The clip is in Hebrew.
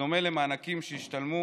בדומה למענקים שהשתלמו